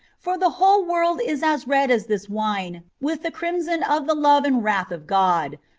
for the whole world is as red as this wine with the crimson of the love and wrath of god.